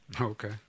Okay